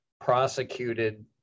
prosecuted